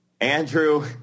Andrew